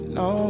no